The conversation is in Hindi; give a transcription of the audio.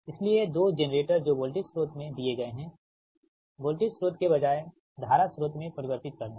इसलिए ये 2 जेनरेटर जो वोल्टेज स्रोत में दिए गए है वोल्टेज स्रोत के बजाय धारा स्रोत में परिवर्तित करना हैं